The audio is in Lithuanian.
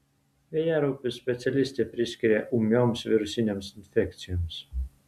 vėjaraupius specialistė priskiria ūmioms virusinėms infekcijoms